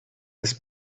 his